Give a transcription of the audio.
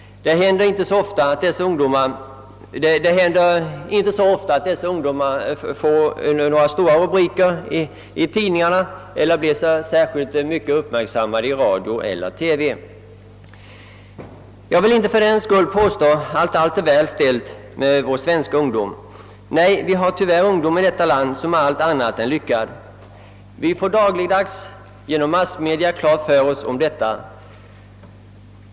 Det händer inte så ofta att dessa ungdomar får några stora rubriker i tidningarna eller blir särskilt mycket uppmärksammade i radio eller TV. Jag vill inte fördenskull påstå, att allt är väl ställt med vår svenska ungdom. Vi har tyvärr ungdom i detta land som är allt annat än lyckad. Vi får dagligen genom massmedia klart för oss detta.